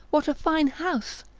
what a fine house!